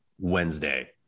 Wednesday